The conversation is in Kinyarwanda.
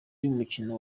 yumukino